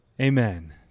amen